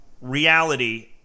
reality